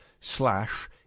slash